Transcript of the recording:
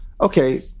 okay